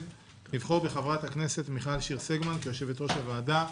לבחור בחברת הכנסת מיכל שיר סגמן כיושבת-ראש הוועדה.